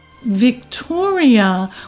Victoria